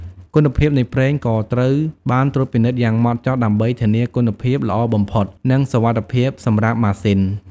គុណភាពនៃប្រេងក៏ត្រូវបានត្រួតពិនិត្យយ៉ាងហ្មត់ចត់ដើម្បីធានាគុណភាពល្អបំផុតនិងសុវត្ថិភាពសម្រាប់ម៉ាស៊ីន។